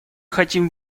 хотим